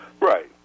Right